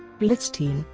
blitzstein,